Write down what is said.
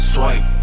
Swipe